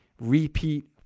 repeat